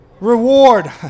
reward